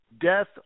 Death